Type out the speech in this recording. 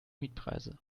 mietpreise